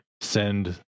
send